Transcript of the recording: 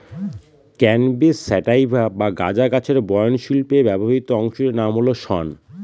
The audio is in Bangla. ক্যানাবিস স্যাটাইভা বা গাঁজা গাছের বয়ন শিল্পে ব্যবহৃত অংশটির নাম হল শন